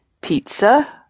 pizza